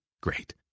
Great